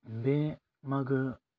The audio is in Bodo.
बे मागो